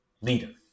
leader